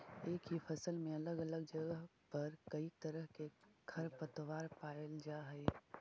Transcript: एक ही फसल में अलग अलग जगह पर कईक तरह के खरपतवार पायल जा हई